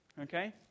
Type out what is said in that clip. okay